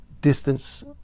distance